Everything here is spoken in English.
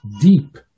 deep